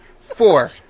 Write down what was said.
Four